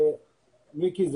מיקי,